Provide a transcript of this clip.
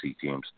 teams